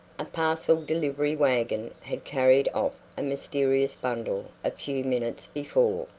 a parcel delivery wagon had carried off a mysterious bundle a few minutes before.